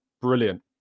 Brilliant